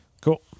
cool